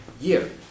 year